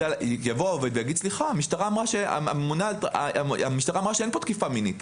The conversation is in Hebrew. העובד יגיד: המשטרה אמרה שאין פה תקיפה מינית.